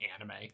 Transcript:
anime